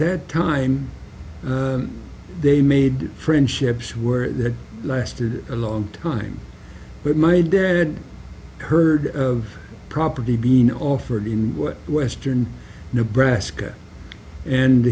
that time they made friendships were that lasted a long time but my dad had heard of property being offered in western nebraska and